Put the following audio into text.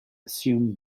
assume